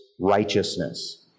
righteousness